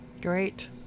Great